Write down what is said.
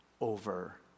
over